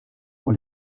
pour